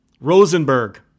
Rosenberg